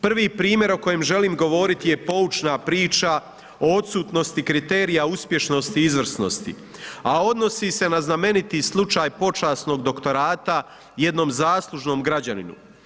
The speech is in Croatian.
Prvi primjer o kojem želim govoriti je poučna priča o odsutnosti kriterija uspješnosti i izvrsnosti a odnosi se na znameniti slučaj počasnog doktorata jednom zaslužnom građaninu.